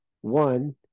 One